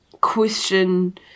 question